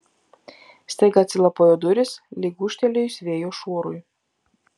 staiga atsilapojo durys lyg ūžtelėjus vėjo šuorui